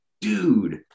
dude